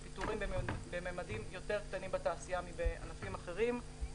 קיימת תופעה של פיטורים בממדים יותר קטנים בתעשייה לעומת ענפים אחרים,